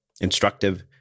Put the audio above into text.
instructive